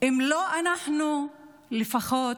אם לא אנחנו, לפחות